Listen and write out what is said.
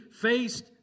faced